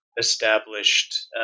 established